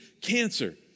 cancer